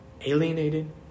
alienated